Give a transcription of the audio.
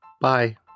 Bye